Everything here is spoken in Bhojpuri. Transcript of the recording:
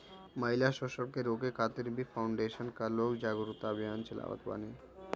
महिला शोषण के रोके खातिर भी फाउंडेशन कअ लोग जागरूकता अभियान चलावत बाने